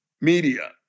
media